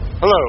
Hello